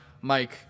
Mike